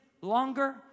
longer